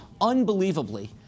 Unbelievably